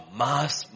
mass